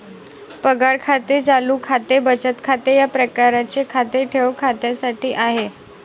पगार खाते चालू खाते बचत खाते या प्रकारचे खाते ठेव खात्यासाठी आहे